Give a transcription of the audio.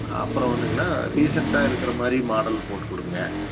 அப்புறம் வந்துங்கண்ணா ரீசன்ட்டாக இருக்கிற மாதிரி மாடல் போட்டு கொடுங்க